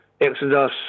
Exodus